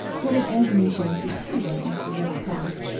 what would anthony think if she went into the red cross?